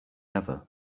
ever